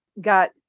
got